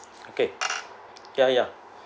okay ya ya